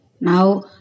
Now